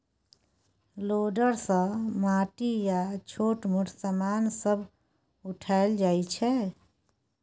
loader सँ माटि आ छोट मोट समान सब उठाएल जाइ छै